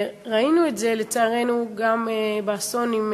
ראינו את זה, לצערנו, גם באסון עם